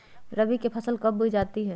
रबी की फसल कब बोई जाती है?